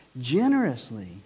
generously